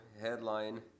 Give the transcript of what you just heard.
headline